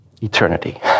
eternity